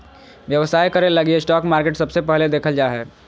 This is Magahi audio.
व्यवसाय करे लगी स्टाक मार्केट सबसे पहले देखल जा हय